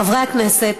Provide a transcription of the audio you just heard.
חברי הכנסת,